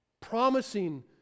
promising